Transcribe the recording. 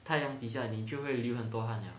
太阳底下呢就会流很多汗 liao